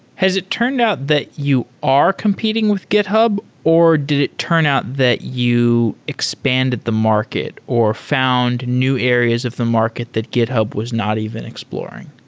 has it turned out that you are competing with github, or did it turn out that you expand the market or found new areas of the market that github was not even exploring?